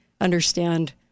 understand